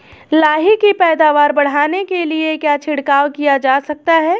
लाही की पैदावार बढ़ाने के लिए क्या छिड़काव किया जा सकता है?